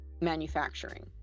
manufacturing